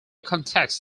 contexts